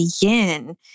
begin